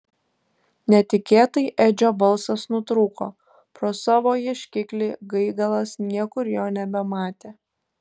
netikėtai edžio balsas nutrūko pro savo ieškiklį gaigalas niekur jo nebematė